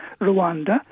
Rwanda